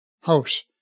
house